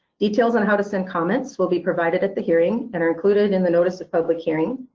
details on how to send comments will be provided at the hearing and are included in the notice of public hearing.